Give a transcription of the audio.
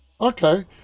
Okay